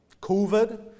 covid